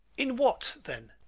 in what, then?